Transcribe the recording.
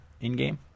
in-game